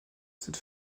cette